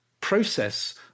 process